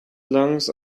lungs